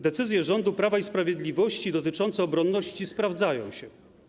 Decyzje rządu Prawa i Sprawiedliwości dotyczące obronności sprawdzają się.